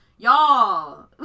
Y'all